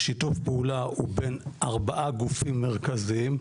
השיתוף פעולה הוא בין ארבעה גופים מרכזיים,